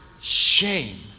shame